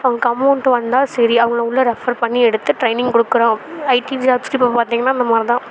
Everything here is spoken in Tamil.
அவங்களுக்கு அமௌண்ட் வந்தால் சரி அவங்கள உள்ளற ஃரெபர் பண்ணி எடுத்து ட்ரெய்னிங் கொடுக்குறோம் ஐடி ஜாப்ஸ் இப்போ பார்த்தீங்கனா அந்தமாரிதான்